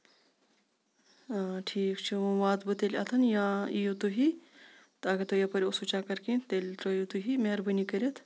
آ ٹھیٖک چھُ وۄنۍ واتہٕ بہٕ تیٚلہِ اوٚتن یا یِیِو تُہی تہٕ اَگر تۄہہِ یَپٲرۍ اوسُو چکر کیٚنٛہہ تیٚلہِ ترٲیو تُہی مہربٲنی کٔرِتھ